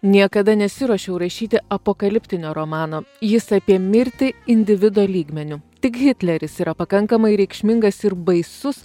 niekada nesiruošiau rašyti apokaliptinio romano jis apie mirtį individo lygmeniu tik hitleris yra pakankamai reikšmingas ir baisus